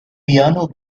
piano